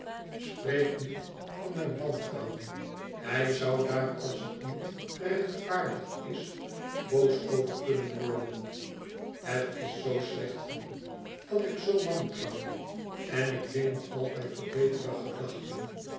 spreek niet van mijn wantrouwen hij zoû daar als het niet gerechtvaardigd is boos over kunnen worden het is zoo slecht van me dat ik zoo wantrouw en ik dwing me altijd tot betere gedachten